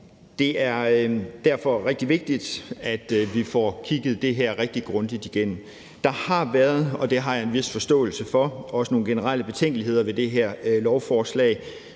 Det er derfor rigtig vigtigt, at vi får kigget det her rigtig grundigt igennem. Der har også været, og det har jeg en vis forståelse for, nogle generelle betænkeligheder ved det her lovforslag.